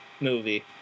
movie